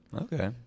Okay